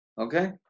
Okay